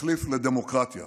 כתחליף לדמוקרטיה.